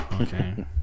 Okay